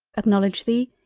acknowledge thee!